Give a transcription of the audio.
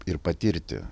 ir patirti